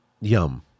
yum